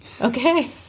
Okay